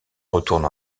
retourne